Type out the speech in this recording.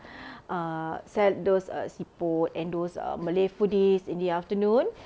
uh sell those err siput and those malay foodies in the afternoon